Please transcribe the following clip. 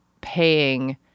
paying